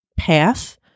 path